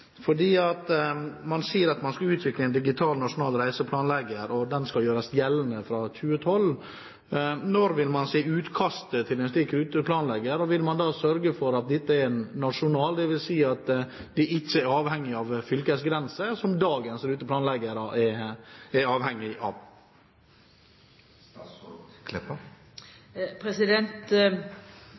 Man sier man skal utvikle en digital nasjonal reiseplanlegger, og den skal gjøres gjeldende fra 2012. Når vil man se utkastet til en slik ruteplanlegger? Og vil man da sørge for at den er nasjonal, dvs. at den ikke er avhengig av fylkesgrenser, som dagens ruteplanleggere er?